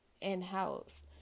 in-house